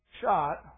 shot